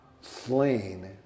slain